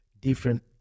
different